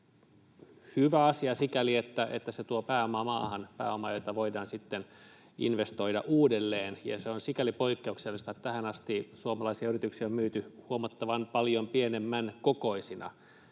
hyvä asia sikäli, että se tuo pääomaa maahan, pääomaa, jota voidaan sitten investoida uudelleen, ja se on sikäli poikkeuksellista, että tähän asti suomalaisia yrityksiä on myyty huomattavan paljon pienemmän kokoisina